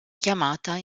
chiamata